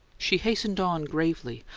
she hastened on gravely,